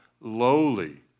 lowly